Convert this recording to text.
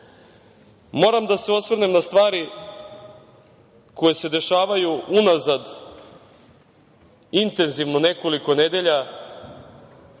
prava. Moram da se osvrnem na stvari koje se dešavaju unazad, intenzivno nekoliko nedelja,